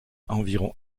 environ